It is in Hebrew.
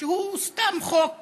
שהוא סתם חוק